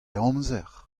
amzer